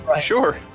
Sure